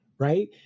Right